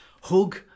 hug